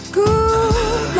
good